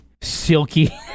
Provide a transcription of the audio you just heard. silky